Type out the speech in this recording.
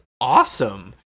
awesome